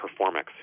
Performex